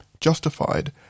justified